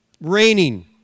raining